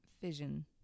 fission